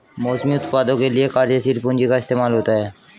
मौसमी उत्पादों के लिये कार्यशील पूंजी का इस्तेमाल होता है